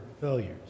failures